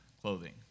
clothing